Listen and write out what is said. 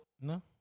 No